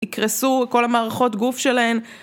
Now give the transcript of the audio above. יקרסו כל המערכות גוף שלהם